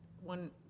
one